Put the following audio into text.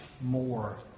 more